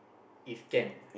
if can eh